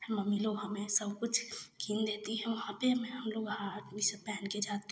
mummy लोग हमें सब कुछ कीन देती है वहाँ पर हम लोग हाथ में सब पहन के जाते हैं